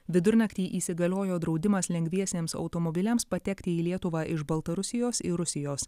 vidurnaktį įsigaliojo draudimas lengviesiems automobiliams patekti į lietuvą iš baltarusijos į rusijos